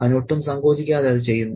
അവൻ ഒട്ടും സങ്കോചിക്കാതെ അത് ചെയ്യുന്നു